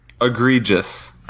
Egregious